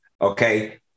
okay